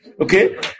Okay